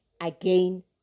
again